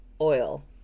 oil